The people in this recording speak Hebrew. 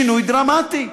שינוי דרמטי.